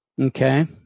Okay